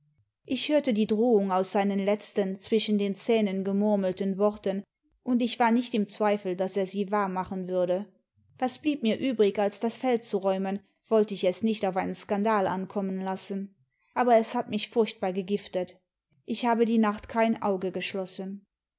ich hörte die drohung aus seinen letzten zwischen den zähnen gemurmelten worten imd ich war nicht im zweifel daß er sie wahr machen würde was blieb mir übrig als das feld zu räumen wollte ich es nicht auf einen skandal ankommen lassen aber es hat mich furchtbar gegiftet ich habe die nacht kein auge geschlossen